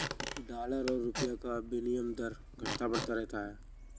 dollar और रूपए का विनियम दर घटता बढ़ता रहता है